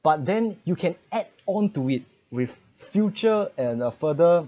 but then you can add onto it with future and a further